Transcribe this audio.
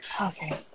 Okay